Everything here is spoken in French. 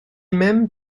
même